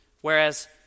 Whereas